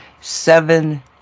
seven